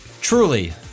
truly